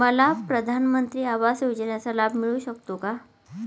मला प्रधानमंत्री आवास योजनेचा लाभ मिळू शकतो का?